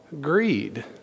greed